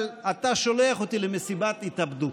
אבל אתה שולח אותי למשימת התאבדות.